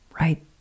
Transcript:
right